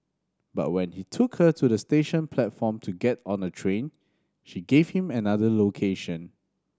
but when he took her to the station platform to get on a train she gave him another location